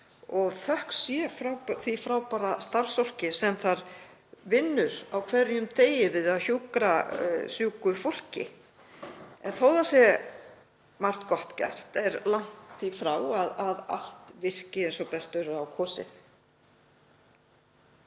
þökk sé því frábæra starfsfólki sem þar vinnur á hverjum degi við að hjúkra sjúku fólki. En þó að margt gott sé gert er langt því frá að allt virki eins og best verður á kosið.